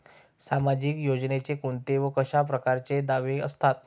सामाजिक योजनेचे कोंते व कशा परकारचे दावे असतात?